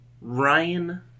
Ryan